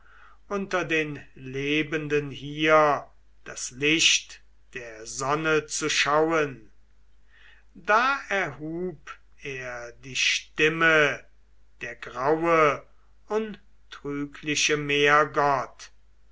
unter den lebenden hier das licht der sonne zu schauen aber als ich mein herz durch weinen und wälzen erleichtert da erhub er die stimme der graue untrügliche meergott